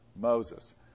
Moses